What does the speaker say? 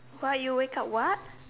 sorry you wake up what